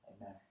Amen